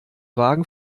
wagen